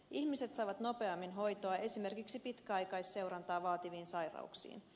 ihmiset saavat nopeammin hoitoa esimerkiksi pitkäaikaisseurantaa vaativiin sairauksiin